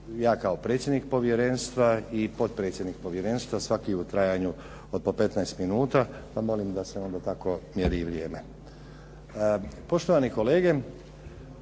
ja kao predsjednik povjerenstva i potpredsjednik povjerenstva, svaki u trajanju od po 15 minuta. Pa molim da se tako onda i mjeri vrijeme. Poštovani kolege,